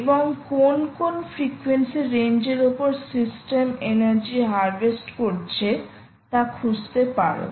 এবং কোন কোন ফ্রিকোয়েন্সি রেঞ্জ এর ওপর সিস্টেম এনার্জি হারভেস্ট করছে তা খুঁজতে পারো